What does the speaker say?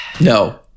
No